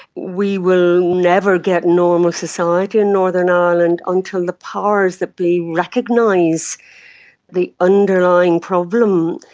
we will never get normal society in northern ireland until the powers that be recognise the underlying problems.